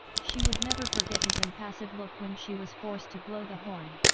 she would never forget his impassive look when she was forced to blow the horn.